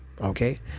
Okay